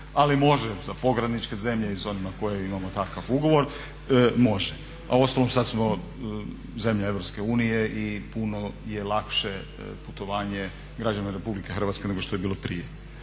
ali može za pogranične zemlje i za one s kojima imamo takav ugovor. Uostalom, sad smo zemlja Europske unije i puno je lakše putovanje građana Republike Hrvatske nego što je bilo prije.